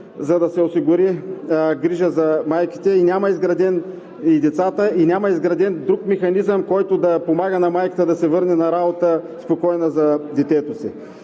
за да се осигури грижа за майките и децата и няма изграден друг механизъм, който да подпомага майката да се върне на работа, спокойна за детето си.